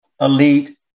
elite